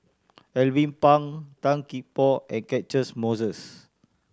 Alvin Pang Tan Gee Paw and Catchick Moses